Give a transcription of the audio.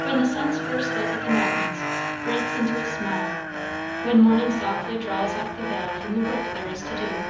when the sun's first look at the mountains breaks into a smile when morning softly draws off the veil from the work there is to do